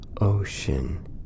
ocean